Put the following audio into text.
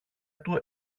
του